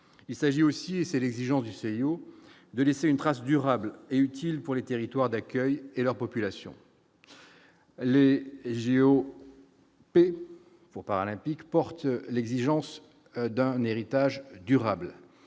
il s'agit aussi, et c'est l'exigence du CIO de laisser une trace durable et utile pour les territoires d'accueil et leur population. Les GO. Mais pour paralympique porte l'exigence d'un héritage durable